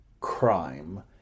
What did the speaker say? crime